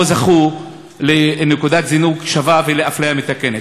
הם לא זכו לנקודת זינוק שווה ולאפליה מתקנת.